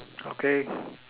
okay